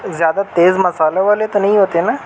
زیادہ تیز مسالحوں والے تو نہیں ہوتے ہیں نا